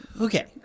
Okay